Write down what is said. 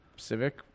Civic